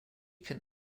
can